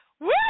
Woo